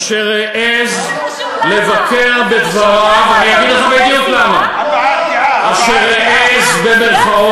אשר העז לבקר בדבריו, מה זה חשוב למה?